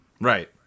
Right